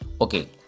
Okay